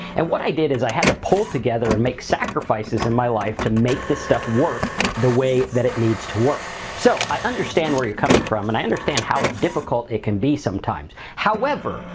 and what i did is i had to pull it together and make sacrifices in my life to make this stuff work the way that it needs to work. so, i understand where you're coming from and i understand how difficult it can be sometimes, however,